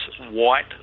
white